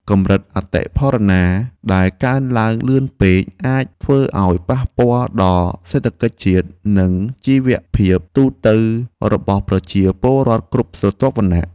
កម្រិតអតិផរណាដែលកើនឡើងលឿនពេកអាចធ្វើឱ្យប៉ះពាល់ដល់សេដ្ឋកិច្ចជាតិ និងជីវភាពទូទៅរបស់ប្រជាពលរដ្ឋគ្រប់ស្រទាប់វណ្ណៈ។